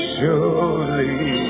surely